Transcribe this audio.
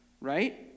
right